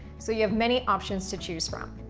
so you've many options to choose from.